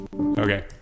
Okay